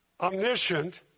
omniscient